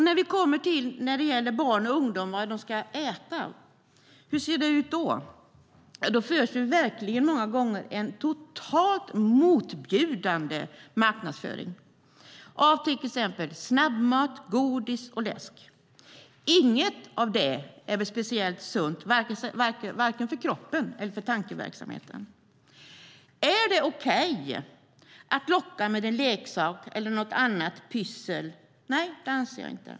När det gäller vad barn och ungdomar ska äta, hur ser det ut där? Jo, många gånger förs en totalt motbjudande marknadsföring av exempelvis snabbmat, godis och läsk. Inget av det är speciellt sunt vare sig för kroppen eller för tankeverksamheten. Är det okej att locka med en leksak eller annat pyssel? Nej, det anser jag inte.